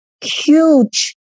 huge